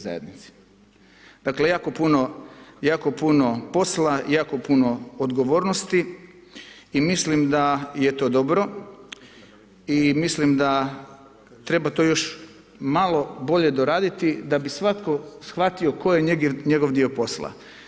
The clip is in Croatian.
Dakle jako puno posla, jako puno odgovornosti i mislim da je to dobro i mislim da treba to još malo bolje doraditi da bo svatko shvatio koji je njegov dio posla.